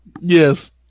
Yes